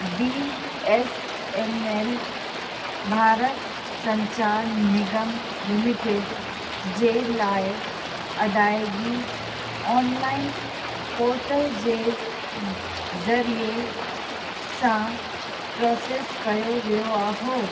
B S N L Bharat Sanchar Nigam limited जे लाइ आदायगी ऑनलाइन पोर्टल जे ज़ ज़रिए सां प्रोसेस कयो वियो आहियो हुओ